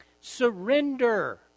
Surrender